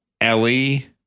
Ellie